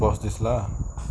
pause this lah